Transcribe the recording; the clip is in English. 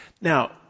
Now